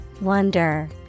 Wonder